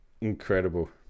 incredible